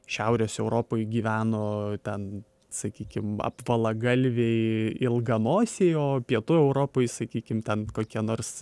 šiaurės europoj gyveno ten sakykim apvalagalviai ilganosiai o pietų europoj sakykim ten kokie nors